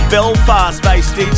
Belfast-based